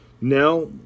Now